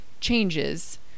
changes